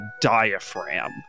diaphragm